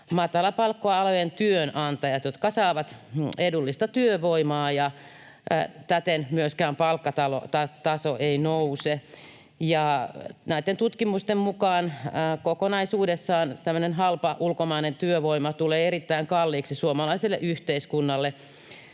matalapalkka-alojen työnantajat, jotka saavat edullista työvoimaa, ja täten myöskään palkkataso ei nouse. Näitten tutkimusten mukaan kokonaisuudessaan tämmöinen halpa ulkomainen työvoima tulee erittäin kalliiksi suomalaiselle yhteiskunnalle,